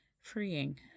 freeing